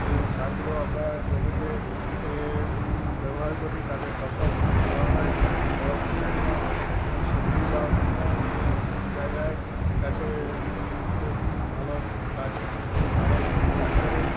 সেই সারগুলো আমরা জমিতে ব্যবহার করি ততে ফসল খুব ভালো হয় এবং অন্যান্য সবজি বা অন্যান্য জায়গায় গাছে খুব ভালো কাজ খুব ভালো কাজ করে